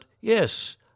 yes